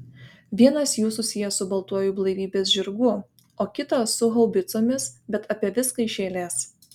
vienas jų susijęs su baltuoju blaivybės žirgu o kitas su haubicomis bet apie viską iš eilės